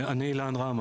אני אילן רם,